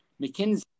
McKinsey